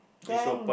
then